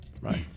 right